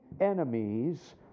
enemies